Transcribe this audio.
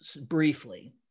briefly